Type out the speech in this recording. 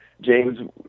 James